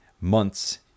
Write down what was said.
months